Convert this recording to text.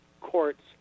courts